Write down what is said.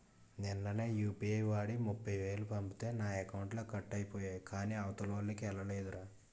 నిన్ననే యూ.పి.ఐ వాడి ముప్ఫైవేలు పంపితే నా అకౌంట్లో కట్ అయిపోయాయి కాని అవతలోల్లకి ఎల్లలేదురా